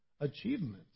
achievements